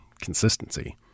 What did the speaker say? consistency